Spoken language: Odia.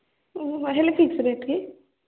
ହେଲେ ଫିକ୍ସ ରେଟ୍ କି